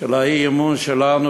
של האי-אמון שלנו,